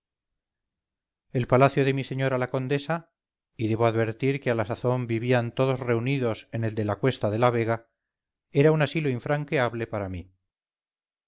el palacio de mi señora la condesa y deboadvertir que a la sazón vivían todos reunidos en el de la cuesta de la vega era un asilo infranqueable para mí